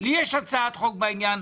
לי יש הצעת חוק בעניין,